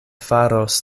faros